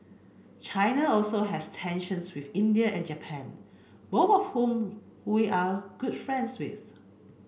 China also has tensions with India and Japan both of whom we are good friends with